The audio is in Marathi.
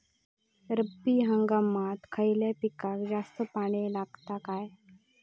रब्बी हंगामात खयल्या पिकाक जास्त पाणी लागता काय?